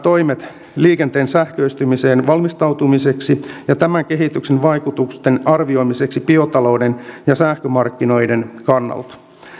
toimet liikenteen sähköistymiseen valmistautumiseksi ja tämän kehityksen vaikutusten arvioimiseksi biotalouden ja sähkömarkkinoiden kannalta